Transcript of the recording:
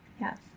Yes